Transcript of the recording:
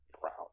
proud